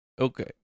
Okay